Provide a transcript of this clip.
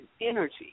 energy